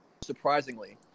surprisingly